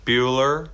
Bueller